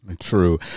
True